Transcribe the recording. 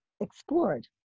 explored